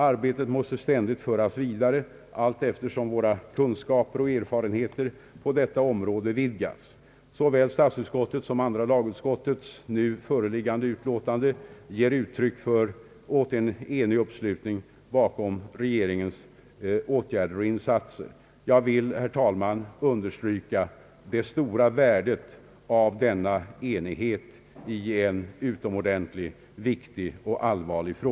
Arbetet måste ständigt föras vidare allteftersom våra kunskaper och erfarenheter på detta område vidgas. Såväl statsutskottets som andra lagutskottets nu föreliggande utlåtanden ger uttryck åt en enig uppslutning bakom regeringens åtgärder och insatser. Jag vill, herr talman, understryka det stora värdet av denna enighet i en utomordentligt viktig och allvarlig frå